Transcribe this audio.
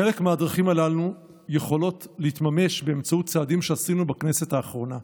חלק מהדרכים הללו יכולות להתממש באמצעות צעדים שעשינו בכנסת האחרונה.